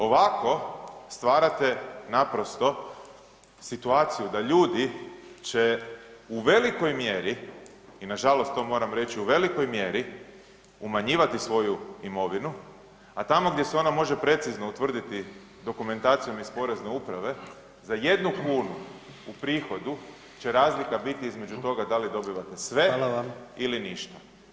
Ovako stvarate naprosto situaciju da ljudi će u velikoj mjeri i nažalost to moram reći u velikoj mjeri, umanjivati svoju imovinu, a tamo gdje se ona može precizno utvrditi dokumentacijom iz Porezne uprave za 1 kunu u prihodu će razlika biti između toga da li dobivate sve ili ništa.